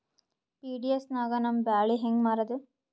PDS ನಾಗ ನಮ್ಮ ಬ್ಯಾಳಿ ಹೆಂಗ ಮಾರದ?